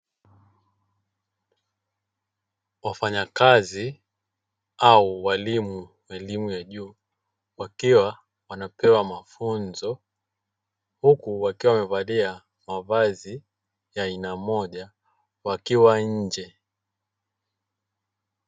Wafanyakazi au walimu wa elimu ya juu wakiwa wanapewa mafunzo, huku wakiwa wamevalia mavazi ya aina moja wakiwa nje.